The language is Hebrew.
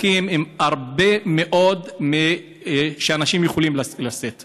להם, יש חשש בכל פעם שיש חורף, שזה גשמי